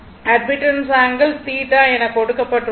admittance angle θ எனக் கொடுக்கப்பட்டுள்ளது